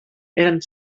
eren